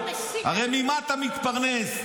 הרי ממה אתה מתפרנס?